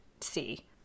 see